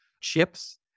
chips